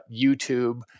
YouTube